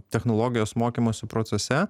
technologijos mokymosi procese